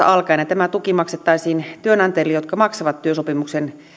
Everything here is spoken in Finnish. alkaen tämä tuki maksettaisiin työnantajille jotka maksavat työsopimuksen